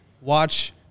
watch